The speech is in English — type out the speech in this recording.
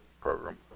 program